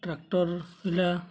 tractor ହେଲା